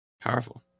powerful